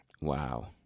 Wow